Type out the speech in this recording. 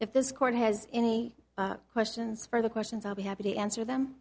if this court has any questions for the questions i'll be happy to answer them